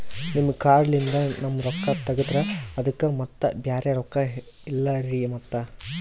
ನಿಮ್ ಕಾರ್ಡ್ ಲಿಂದ ನಮ್ ರೊಕ್ಕ ತಗದ್ರ ಅದಕ್ಕ ಮತ್ತ ಬ್ಯಾರೆ ರೊಕ್ಕ ಇಲ್ಲಲ್ರಿ ಮತ್ತ?